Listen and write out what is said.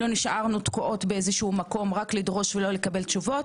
לא נשארנו תקועות באיזשהו מקום רק לדרוש ולא לקבל תשובות.